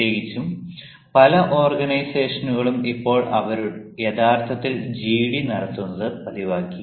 പ്രത്യേകിച്ചും പല ഓർഗനൈസേഷനുകളും ഇപ്പോൾ അവർ യഥാർത്ഥത്തിൽ ജിഡി നടത്തുന്നത് പതിവാക്കി